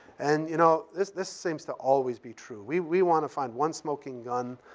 and, you know, this this seems to always be true. we we want to find one smoking gun,